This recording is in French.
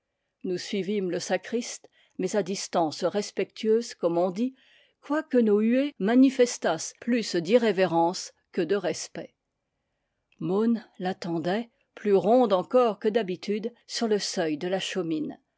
nous suivîmes le sacriste mais à distance respectueuse comme on dit quoique nos huées manifestassent plus d'ir révérence que de respect mon l'attendait plus ronde encore que d'habitude sur le seuil de la chaumine